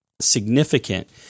significant